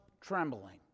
trembling